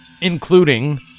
including